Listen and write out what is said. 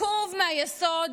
רקוב מהיסוד,